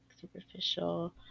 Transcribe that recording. superficial